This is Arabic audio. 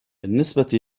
بالنسبة